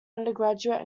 undergraduate